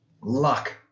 Luck